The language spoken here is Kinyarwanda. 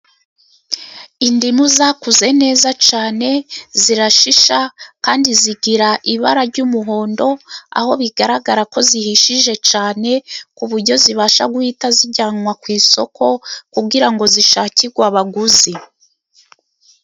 Indimu zakuze neza cyane, zirashisha, kandi zigira ibara ry'umuhondo, aho bigaragara ko zihishije cyane, ku buryo zibasha guhita zijyanwa ku isoko, kugira ngo zishakirwe abaguzi.